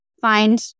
find